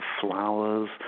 flowers